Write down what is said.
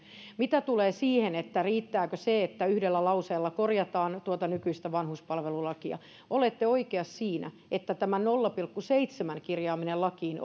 mitä tulee siihen riittääkö se että yhdellä lauseella korjataan nykyistä vanhuspalvelulakia olette oikeassa siinä että tämä nolla pilkku seitsemän kirjaaminen lakiin